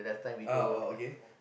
uh oh okay